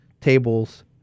tables